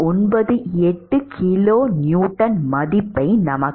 98 kilonewton மதிப்பாக இருக்கும்